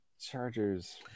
Chargers